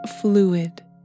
fluid